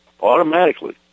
automatically